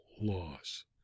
loss